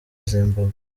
zimbabwe